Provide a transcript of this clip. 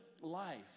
life